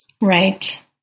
Right